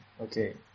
Okay